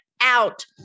Out